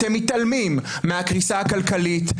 אתם מתעלמים מהקריסה הכלכלית,